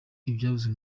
ibyavuzwe